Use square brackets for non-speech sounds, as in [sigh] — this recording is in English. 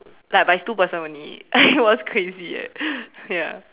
ya but it's two person only [laughs] it was crazy eh ya